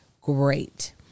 great